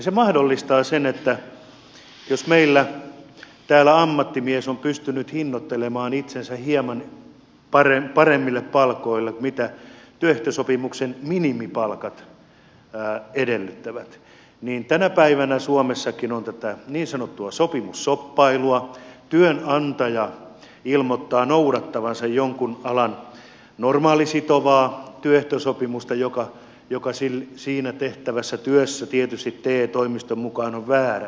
se mahdollistaa sen että jos meillä täällä ammattimies on pystynyt hinnoittelemaan itsensä hieman paremmille palkoille kuin työehtosopimuksen minimipalkat edellyttävät niin tänä päivänä suomessakin on tätä niin sanottua sopimusshoppailua työnantaja ilmoittaa noudattavansa jonkun alan normaalisitovaa työehtosopimusta joka siinä tehtävässä työssä tietysti te toimiston mukaan on väärä